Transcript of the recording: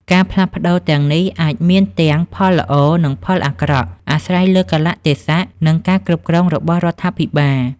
ការផ្លាស់ប្តូរទាំងនេះអាចមានទាំងផលល្អ និងផលអាក្រក់អាស្រ័យលើកាលៈទេសៈ និងការគ្រប់គ្រងរបស់រដ្ឋាភិបាល។